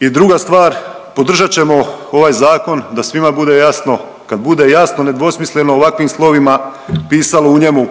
I druga stvar, podržat ćemo ovaj zakon, da svima bude jasno, kad bude jasno i nedvosmisleno ovakvim slovima pisalo u njemu